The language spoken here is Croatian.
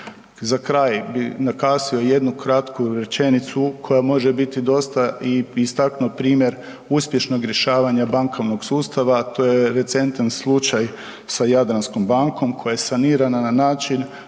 Za kraj bi naglasio jednu kratku rečenicu koja može biti dosta i istaknuo primjer uspješnog rješavanja bankovnog sustava. To je recentan slučaj sa Jadranskom bankom koja je sanirana na način